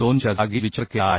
2 च्या जागी विचार केला आहे